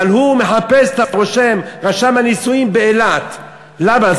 אבל הוא מחפש את רשם הנישואין באילת למה?